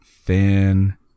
thin